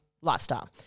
lifestyle